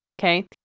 okay